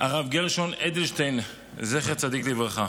הרב גרשון אדלשטיין, זכר צדיק לברכה.